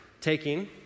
taking